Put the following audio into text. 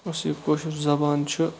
یۅس یہِ کٲشِر زبان چھِ